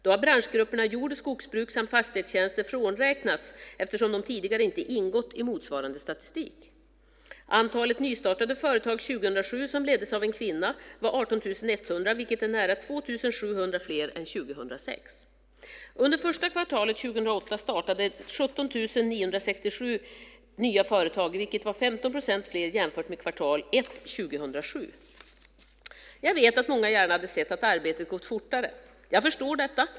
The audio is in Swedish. Då har branschgrupperna jord och skogsbruk samt fastighetstjänster frånräknats eftersom de tidigare inte ingått i motsvarande statistik. Antalet nystartade företag 2007 som leddes av en kvinna var 18 100, vilket är nära 2 700 fler än 2006. Under första kvartalet 2008 startade 17 967 nya företag, vilket var 15 procent fler jämfört med kvartal ett 2007. Jag vet att många gärna hade sett att arbetet gått fortare. Jag förstår detta.